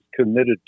committed